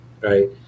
right